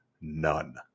none